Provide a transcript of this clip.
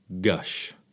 Gush